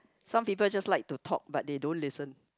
some people just like to talk but they don't listen